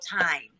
time